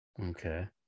Okay